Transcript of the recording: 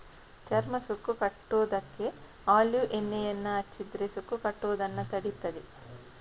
ಚರ್ಮ ಸುಕ್ಕು ಕಟ್ಟುದಕ್ಕೆ ಒಲೀವ್ ಎಣ್ಣೆಯನ್ನ ಹಚ್ಚಿದ್ರೆ ಸುಕ್ಕು ಕಟ್ಟುದನ್ನ ತಡೀತದೆ